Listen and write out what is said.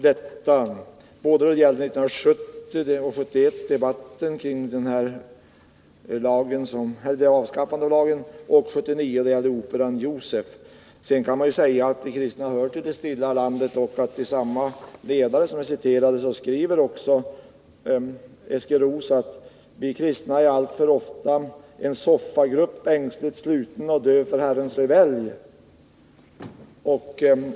Det gällde både 1970 och 1971 då vi hade debatten om ett avskaffande av lagen och 1979 då det gällde operan Josef. Sedan kan man säga att de kristna hör till de stilla i landet. I den ledare som jag tidigare citerade skriver Eskil Roos att vi kristna alltför ofta är ”en soffagrupp ängsligt sluten och döv för Herrans revelj”.